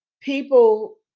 people